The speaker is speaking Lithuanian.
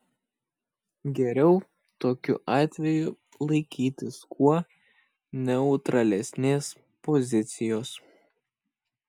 geriau tokiu atveju laikytis kuo neutralesnės pozicijos